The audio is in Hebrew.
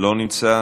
לא נמצא,